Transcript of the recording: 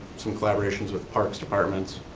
some collaborations with park's departments.